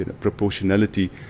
proportionality